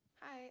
Hi